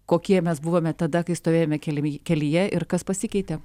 kokie mes buvome tada kai stovėjome keliami kelyje ir kas pasikeitė